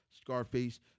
Scarface